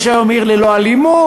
יש היום "עיר ללא אלימות",